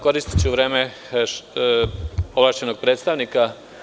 Koristiću vreme ovlašćenog predstavnika.